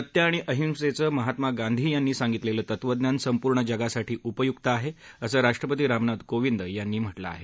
सत्य आणि अहिंसेचं महात्मा गांधी यांनी सांगितलेलं तत्वज्ञान संपूर्ण जगासाठी उपयुक्त आहे असं राष्ट्रपती रामनाथ कोविंद यांनी म्हटलं आहे